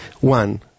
One